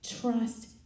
trust